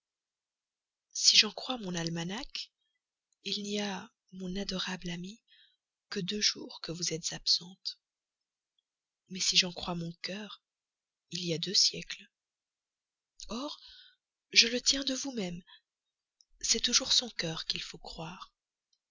si j'en crois mon almanach il n'y a mon adorable amie que deux jours que vous êtes absente mais si j'en crois mon cœur il y a deux siècles or je le tiens de vous-même c'est toujours son cœur qu'il faut croire